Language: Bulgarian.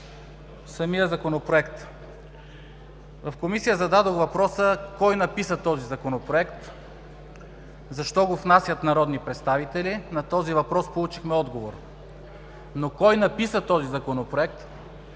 самия Законопроект. В Комисията зададох въпроса: „Кой написа този Законопроект? Защо го внасят народни представители?“ На този въпрос получихме отговор. Но кой написа този Законопроект,